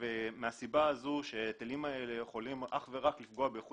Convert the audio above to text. מהסיבה הזו שההיטלים האלה יכולים אך ורק לפגוע באיכות